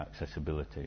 accessibility